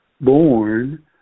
born